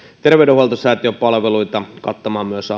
terveydenhoitosäätiön palveluita kattamaan myös